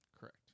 Correct